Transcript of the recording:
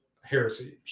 heresy